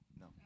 No